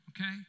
okay